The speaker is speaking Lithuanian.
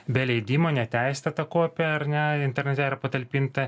be leidimo neteisėta ta kopija ar ne internete yra patalpinta